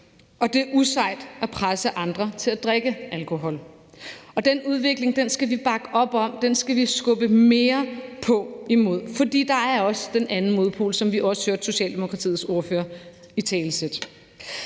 og det er usejt at presse andre til at drikke alkohol. Den udvikling skal vi bakke op om. Den skal vi skubbe mere på, for der er også den anden modpol, som vi også hørte Socialdemokratiets ordfører italesætte.